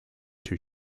two